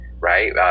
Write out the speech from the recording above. right